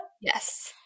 Yes